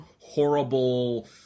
horrible